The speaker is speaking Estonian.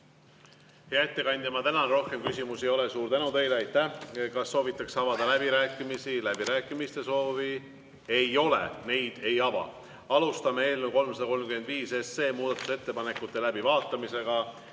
ettekandja, tänan! Rohkem küsimusi ei ole. Suur tänu teile! Aitäh! Kas soovitakse avada läbirääkimisi? Läbirääkimiste soovi ei ole, neid ei ava. Alustame eelnõu 335 muudatusettepanekute läbivaatamist.